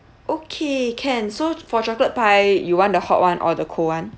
okay can so for chocolate pie you want the hot [one] or the cold [one]